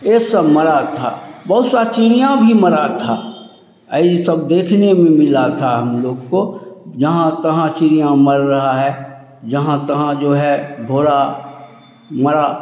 यह सब मरा था बहुत सी चिड़ियाँ भी मरी थी यह सब देखने में मिला था हम लोग को जहाँ तहाँ चिड़ियाँ मर रही हैं जहाँ तहाँ जो है घोड़ा मरा